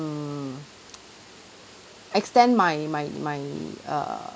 mm extend my my my err